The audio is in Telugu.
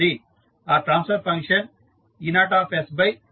ఆ ట్రాన్స్ఫర్ ఫంక్షన్ E0Ein1RCs1